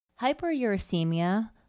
Hyperuricemia